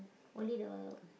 only the